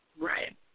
Right